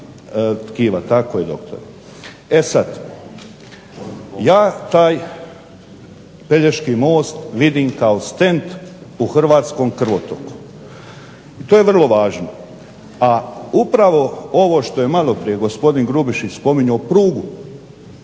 toga tkiva. E sad, ja taj Pelješki most vidim kao stent u hrvatskom krvotoku i to je vrlo važno. A upravo ovo što je maloprije gospodin Grubišić spominjao prugu,